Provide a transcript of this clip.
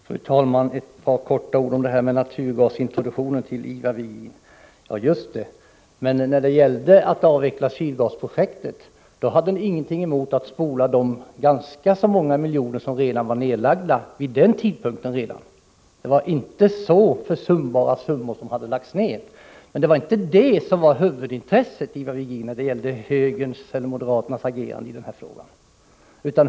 Fru talman! Några få ord till Ivar Virgin om naturgasintroduktion. När det gällde att avveckla Sydgasprojektet, då hade ni ingenting emot att spola de ganska många miljoner som lagts ned i projektet redan vid den tidpunkten. Det var inte så försumbara belopp som hade lagts ned. Men det var inte det som var huvudintresset när det gällde moderaternas agerande i den här frågan.